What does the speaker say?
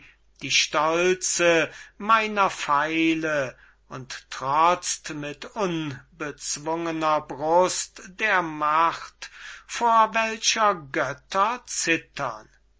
die stolze meiner pfeile und trotzt mit unbezwungner brust der macht vor welcher götter zittern